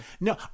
No